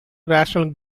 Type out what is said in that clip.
rational